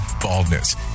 baldness